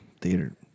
theater